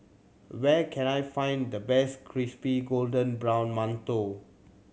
where can I find the best crispy golden brown mantou